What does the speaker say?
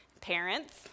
Parents